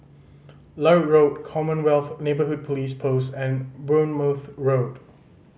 Larut Road Commonwealth Neighbourhood Police Post and Bournemouth Road